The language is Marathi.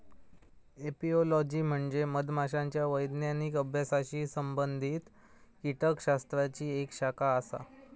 एपिओलॉजी म्हणजे मधमाशांच्या वैज्ञानिक अभ्यासाशी संबंधित कीटकशास्त्राची एक शाखा आसा